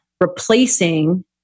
replacing